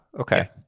Okay